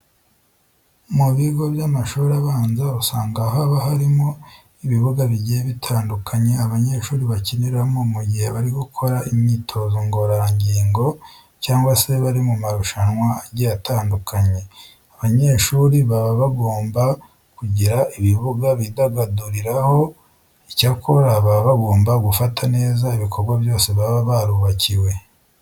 Mu bigo by'amashuri abanza usanga haba harimo ibibuga bigiye bitandukanye abanyeshuri bakiniramo mu gihe bari gukora imyitozo ngororangingo cyangwa se bari mu marushanwa agiye atandukanye. Abanyeshuri baba bagomba kugira ibibuga bidagaduriraho. Icyakora baba bagomba gufata neza ibikorwa byose baba barubakiwe.